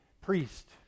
priest